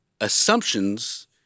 assumptions